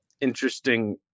interesting